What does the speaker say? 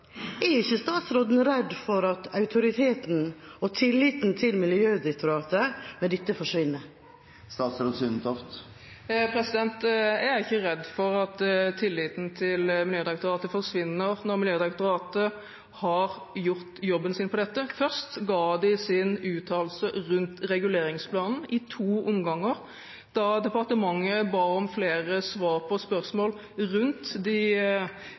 Er ikke statsråden redd for at autoriteten og tilliten til Miljødirektoratet med dette forsvinner? Jeg er ikke redd for at tilliten til Miljødirektoratet forsvinner når Miljødirektoratet har gjort jobben sin. Først ga de sin uttalelse rundt reguleringsplanen i to omganger. Da departementet ba om flere svar på spørsmål rundt de